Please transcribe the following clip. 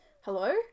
hello